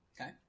Okay